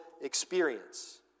experience